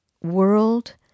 World